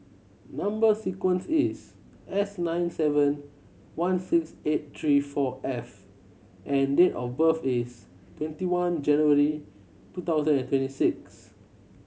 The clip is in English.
number sequence is S nine seven one six eight three four F and date of birth is twenty one January two thousand and twenty six